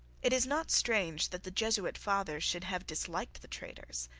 it is not strange that the jesuit father should have disliked the traders.